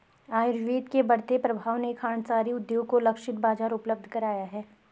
आयुर्वेद के बढ़ते प्रभाव ने खांडसारी उद्योग को लक्षित बाजार उपलब्ध कराया है